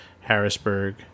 Harrisburg